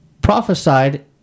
Prophesied